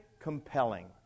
compelling